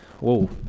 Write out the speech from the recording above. whoa